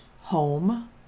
home